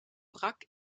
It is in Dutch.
brak